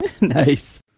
Nice